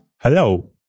Hello